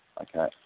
Okay